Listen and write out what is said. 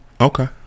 Okay